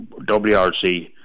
WRC